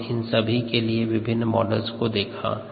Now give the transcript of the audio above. हमने इन सभी के लिए विभिन्न मॉडल को देखा